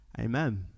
Amen